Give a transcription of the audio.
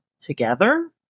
together